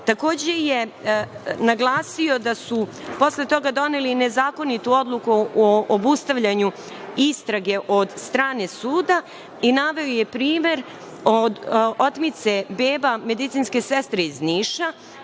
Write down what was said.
je naglasio da su posle toga doneli nezakonitu odluku o obustavljanju istrage od strane suda i naveo je primer otmice bebe medicinske sestre iz Niša,